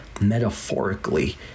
metaphorically